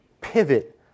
pivot